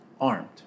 armed